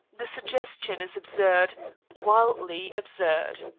the suggestion is absurd wildly absurd.